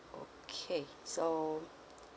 okay so